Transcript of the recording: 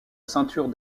ceinture